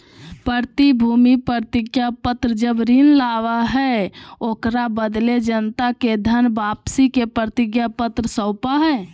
प्रतिभूति प्रतिज्ञापत्र जब ऋण लाबा हइ, ओकरा बदले जनता के धन वापसी के प्रतिज्ञापत्र सौपा हइ